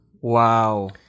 Wow